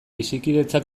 bizikidetza